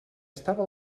estava